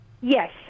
Yes